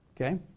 Okay